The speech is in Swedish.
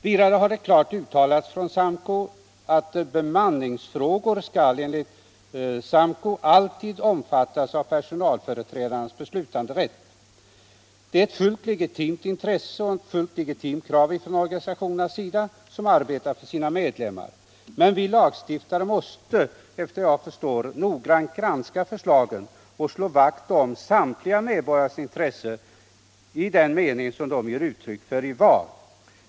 Vidare har SAMKO klart uttalat att bemanningsfrågor alltid skall omfattas av personalföreträdarnas beslutanderätt. Det är ett fullt legitimt intresse och ett fullt legitimt krav från organisationernas sida, som ju arbetar för sina medlemmar. Men vi lagstiftare måste, efter vad jag förstår, noggrant granska förslagen och slå vakt om samtliga medborgares intresse i den mening som de ger uttryck för i val.